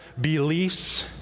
beliefs